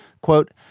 Quote